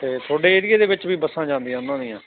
ਅਤੇ ਤੁਹਾਡੇ ਏਰੀਏ ਦੇ ਵਿੱਚ ਵੀ ਬੱਸਾਂ ਜਾਂਦੀਆਂ ਉਹਨਾਂ ਦੀਆਂ